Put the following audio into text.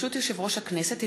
ברשות יושב-ראש הכנסת,